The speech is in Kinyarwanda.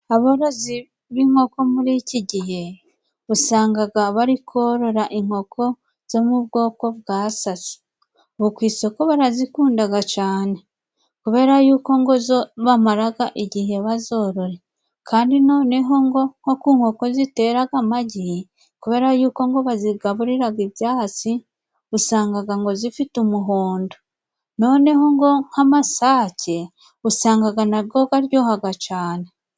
Aborozi b'inkoko murikigihe usangaga bari korora inkoko zo mu bwoko bwa saso ngo kwisoko barazikundaga cane kubera yuko ngo zo bamaraga igihe bazorora kandi noneho ngo inkoko zitera amagi kubera yuko ngo bazigaburiraga ibyatsi usangaga ngo zifite umuhondo noneho ngo nk'amasake usanga na bwo garyohaga cyane.